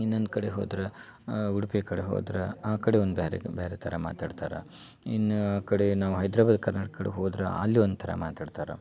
ಇನ್ನೊಂದು ಕಡೆ ಹೋದ್ರೆ ಉಡ್ಪಿ ಕಡೆ ಹೋದ್ರೆ ಆ ಕಡೆ ಒಂದು ಬ್ಯಾರೆದು ಬ್ಯಾರೆ ಥರ ಮಾತಾಡ್ತಾರೆ ಇನ್ನ ಆ ಕಡೆ ನಾವು ಹೈದ್ರಾಬಾದು ಕರ್ನಾಟಕ ಕಡೆ ಹೋದ್ರೆ ಅಲ್ಲಿ ಒಂದು ಥರ ಮಾತಾಡ್ತಾರೆ